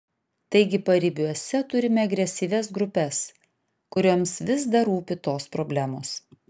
taigi paribiuose turime agresyvias grupes kurioms vis dar rūpi tos problemos